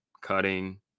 cutting